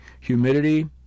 humidity